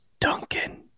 Duncan